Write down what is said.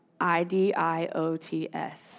I-D-I-O-T-S